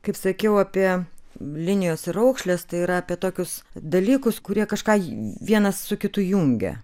kaip sakiau apie linijos ir raukšlės tai yra apie tokius dalykus kurie kažką vienas su kitu jungia